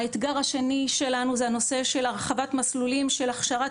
האתגר השני שלנו זה הנושא של הרחבת מסלולים של הכשרת